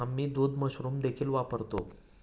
आम्ही दूध मशरूम देखील वापरतो